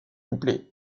couplets